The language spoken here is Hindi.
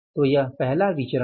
तो यह पहला विचरण है